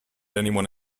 anyone